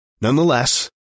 Nonetheless